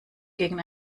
gegen